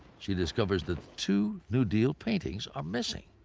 she discovers that two new deal paintings are missing.